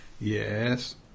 Yes